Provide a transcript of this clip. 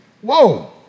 Whoa